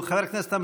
הכנסת,